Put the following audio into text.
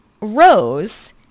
rows